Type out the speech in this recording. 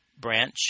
branch